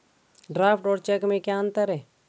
Draft और cheque में क्या अंतर है?